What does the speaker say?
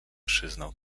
przyznał